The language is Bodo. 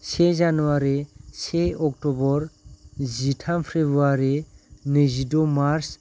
से जानुवारी से अक्ट'बर जिथाम फेब्रुवारि नैजिद' मार्च